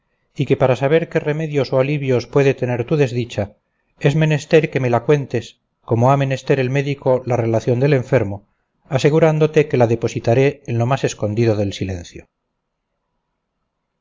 y que para saber qué remedios o alivios puede tener tu desdicha es menester que me la cuentes como ha menester el médico la relación del enfermo asegurándote que la depositaré en lo más escondido del silencio